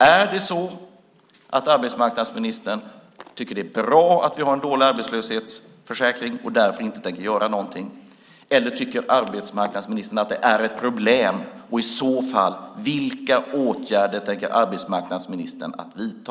Är det så att arbetsmarknadsministern tycker att det är bra att vi har en dålig arbetslöshetsförsäkring och därför inte tänker göra någonting, eller tycker arbetsmarknadsministern att det är ett problem? Vilka åtgärder tänker arbetsmarknadsministern i så fall vidta?